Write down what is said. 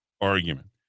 argument